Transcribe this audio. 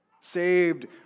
saved